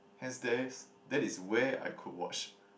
hence there's that is where I could watch